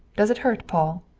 does it hurt, paul?